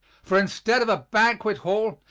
for instead of a banquet hall,